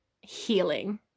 healing